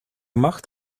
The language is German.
macht